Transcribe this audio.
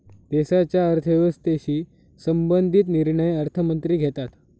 देशाच्या अर्थव्यवस्थेशी संबंधित निर्णय अर्थमंत्री घेतात